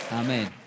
amen